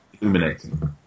illuminating